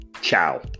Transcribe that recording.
ciao